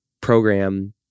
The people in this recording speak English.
program